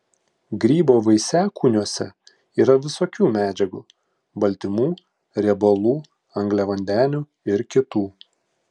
grybo vaisiakūniuose yra visokių medžiagų baltymų riebalų angliavandenių ir kitų